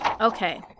Okay